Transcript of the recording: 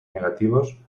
negativos